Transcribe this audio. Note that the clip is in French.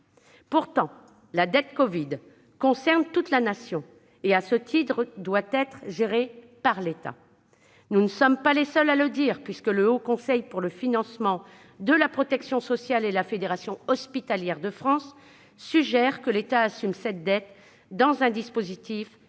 Pourtant, la « dette covid » concerne toute la Nation. En ce sens, elle doit être gérée par l'État. Nous ne sommes pas les seuls à le dire : le Haut Conseil du financement de la protection sociale et la Fédération hospitalière de France suggèrent que l'État assume cette dette dans un dispositif